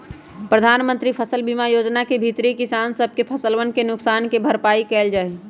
प्रधानमंत्री फसल बीमा योजना के भीतरी किसान सब के फसलवन के नुकसान के भरपाई कइल जाहई